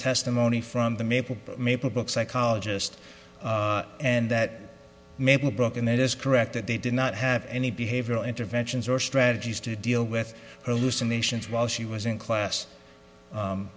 testimony from the maple maple book psychologist and that maybe broken it is correct that they did not have any behavioral interventions or strategies to deal with her losing nations while she was in class